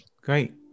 Great